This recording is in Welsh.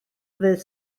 ddydd